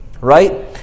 right